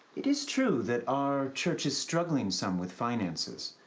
it is true that our church is struggling some with finances,